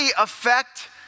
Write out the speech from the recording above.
affect